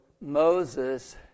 Moses